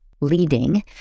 leading